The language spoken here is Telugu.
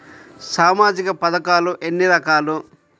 సామాజిక పథకాలు ఎన్ని రకాలు?